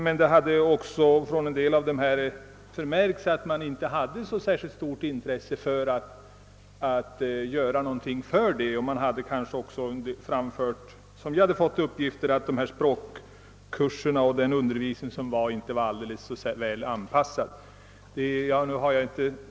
Man hade emellertid också hos en del av dessa läkare inte förmärkt något särskilt stort intresse för att tillmötesgå dessa önskemål. Jag har också fått uppgift om att språkkurserna och undervisningen i övrigt inte skulle vara särskilt väl anpassade till dessa läkares förhållanden.